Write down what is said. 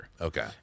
Okay